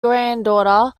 granddaughter